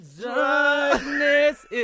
darkness